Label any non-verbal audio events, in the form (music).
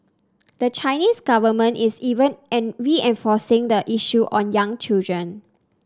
(noise) the Chinese government is even reinforcing the issue on young children